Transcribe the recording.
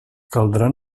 caldrà